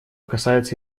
касается